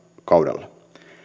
kaudella